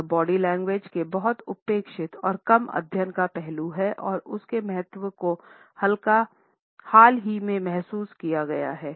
यह body language के बहुत उपेक्षित और कम अध्ययन का पहलू है और उसके महत्व को हाल ही में महसूस किया जा रहा है